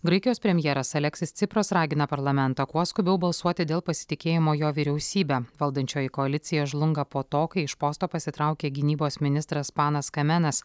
graikijos premjeras aleksis cipras ragina parlamentą kuo skubiau balsuoti dėl pasitikėjimo jo vyriausybe valdančioji koalicija žlunga po to kai iš posto pasitraukė gynybos ministras panas kamenas